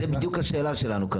זו השאלה שלנו.